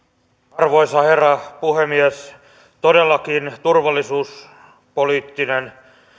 arvoisa herra puhemies todellakin turvallisuuspoliittinen